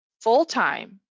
full-time